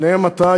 בהם אתה,